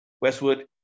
Westwood